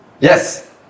Yes